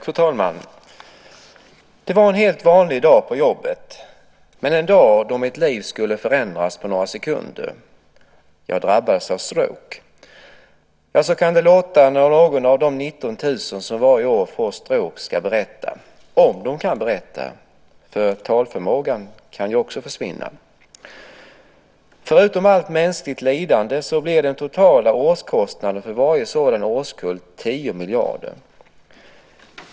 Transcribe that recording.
Fru talman! Det var en helt vanlig dag på jobbet, men en dag då mitt liv skulle förändras på några sekunder. Jag drabbades av stroke. Ja, så kan det låta när någon av de 19 000 som varje år får stroke ska berätta - om de kan berätta. Talförmågan kan ju också försvinna. Förutom allt mänskligt lidande blir den totala årskostnaden för varje sådan årskull 10 miljarder.